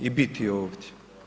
I biti ovdje.